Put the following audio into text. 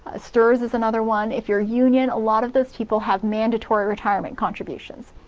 ah strs is another one, if you're union a lot of those people have mandatory retirement contributions.